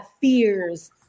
fears